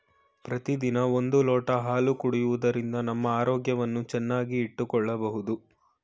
ಪ್ರತಿದಿನ ಒಂದು ಲೋಟ ಹಾಲು ಕುಡಿಯುವುದರಿಂದ ನಮ್ಮ ಆರೋಗ್ಯವನ್ನು ಚೆನ್ನಾಗಿ ಇಟ್ಟುಕೊಳ್ಳಬೋದು